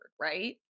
right